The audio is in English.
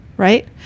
Right